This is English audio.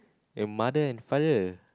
the mother and father